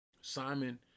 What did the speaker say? Simon